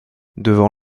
devant